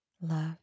Love